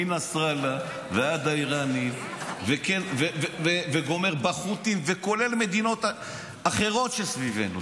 מנסראללה ועד האיראנים וגומר בחות'ים וכולל מדינות אחרות שסביבנו,